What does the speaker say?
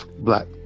black